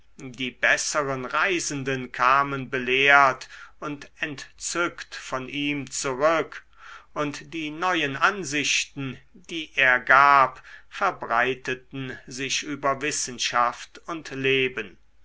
die besseren reisenden kamen belehrt und entzückt von ihm zurück und die neuen ansichten die er gab verbreiteten sich über wissenschaft und leben